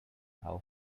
how